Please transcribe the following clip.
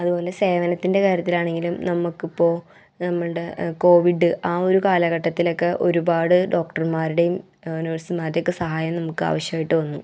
അതുപോലെ സേവനത്തിൻറ്റെ കാര്യത്തിലാണെങ്കിലും നമുക്കിപ്പോൾ നമ്മളുടെ കോവിഡ് ആ ഒരു കാലഘട്ടത്തിലൊക്കെ ഒരുപാട് ഡോക്ടർമാരുടേയും നേഴ്സ്മാരുടേക്ക സഹായം നമുക്കാവിശ്യമായിട്ട് വന്നു